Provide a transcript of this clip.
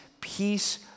peace